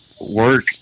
Work